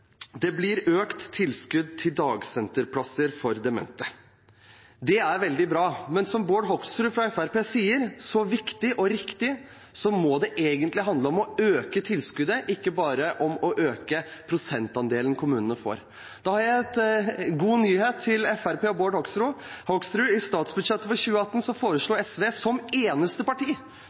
Det blir økt tilskudd til dagsenterplasser for demente. Det er veldig bra, men som Bård Hoksrud fra Fremskrittspartiet sier, så viktig og riktig, må det egentlig handle om å øke tilskuddet, ikke bare om å øke prosentandelen kommunene får. Da har jeg en god nyhet til Fremskrittspartiet og Bård Hoksrud: I statsbudsjettet for 2018 foreslo SV som eneste parti